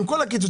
עם כל הקיצוצים,